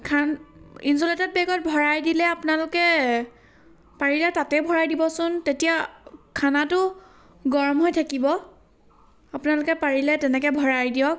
খান insulated বেগত ভৰাই দিলে আপোনালোকে পাৰিলে তাতে ভৰাই দিবচোন তেতিয়া খানাটো গৰম হৈ থাকিব আপোনালোকে পাৰিলে তেনেকৈ ভৰাই দিয়ক